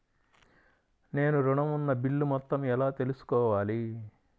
నేను ఋణం ఉన్న బిల్లు మొత్తం ఎలా తెలుసుకోవాలి?